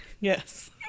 Yes